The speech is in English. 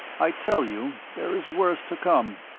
i tell you, there is worse to come.